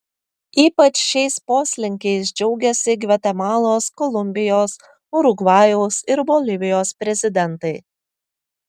ypač šiais poslinkiais džiaugiasi gvatemalos kolumbijos urugvajaus ir bolivijos prezidentai